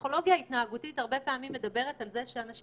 הפסיכולוגיה ההתנהגותית מדברת הרבה פעמים על זה שהרבה אנשים